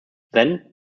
then